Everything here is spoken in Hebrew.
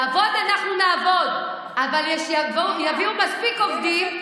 לעבוד אנחנו נעבוד, אבל שיביאו מספיק עובדים,